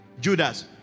Judas